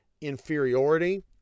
inferiority